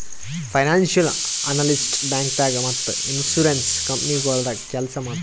financial analyst ಬ್ಯಾಂಕ್ದಾಗ್ ಮತ್ತ್ insurance ಕಂಪನಿಗೊಳ್ದಾಗ ಕೆಲ್ಸ್ ಮಾಡ್ತರ್